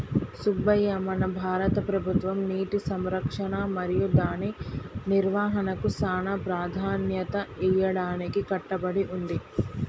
సుబ్బయ్య మన భారత ప్రభుత్వం నీటి సంరక్షణ మరియు దాని నిర్వాహనకు సానా ప్రదాన్యత ఇయ్యడానికి కట్టబడి ఉంది